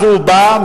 אז הוא בא,